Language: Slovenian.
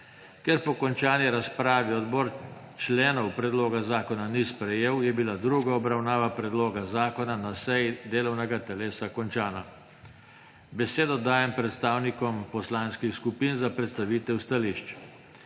Ker po končani razpravi odbor členov predloga zakona ni sprejel, je bila druga obravnava predloga zakona na seji delovnega telesa končana. Besedo dajem predstavnikom poslanskih skupin za predstavitev stališč.